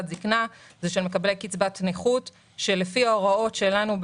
זקנה אלא של מקבלי קצבת נכות שלפי ההוראות שלנו,